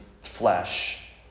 flesh